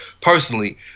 personally